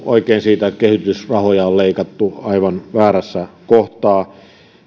oikein siitä että kehitysrahoja on leikattu aivan väärässä kohtaa